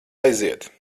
aiziet